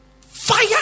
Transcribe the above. fire